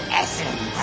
essence